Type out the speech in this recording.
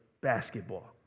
basketball